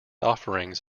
offerings